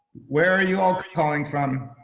where are y'all calling from?